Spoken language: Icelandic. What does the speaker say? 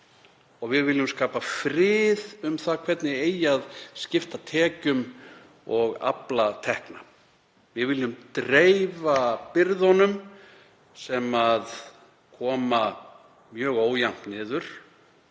svigrúm og skapa frið um það hvernig eigi að skipta tekjum og afla þeirra. Við viljum dreifa byrðunum sem koma mjög ójafnt niður